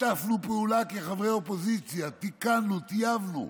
שיתפנו פעולה כחברי אופוזיציה, תיקנו, טייבנו,